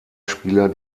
spieler